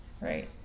Right